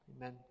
Amen